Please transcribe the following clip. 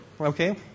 okay